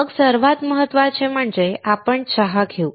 FL मग सर्वात महत्त्वाचे म्हणजे आपण चहा घेऊ